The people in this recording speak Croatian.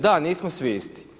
Da, nismo svi isti.